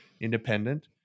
independent